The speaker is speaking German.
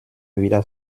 wieder